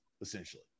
essentially